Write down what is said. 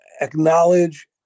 acknowledge